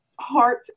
heart